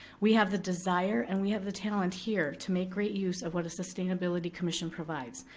we have the desire and we have the talent here to make great use of what a sustainability commission provides.